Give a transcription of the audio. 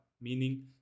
meaning